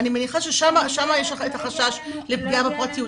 אני מניחה ששם יש את החשש לפגיעה בפרטיות.